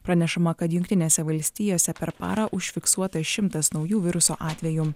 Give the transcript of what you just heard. pranešama kad jungtinėse valstijose per parą užfiksuota šimtas naujų viruso atvejų